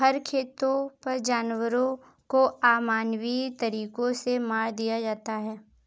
फर खेतों पर जानवरों को अमानवीय तरीकों से मार दिया जाता है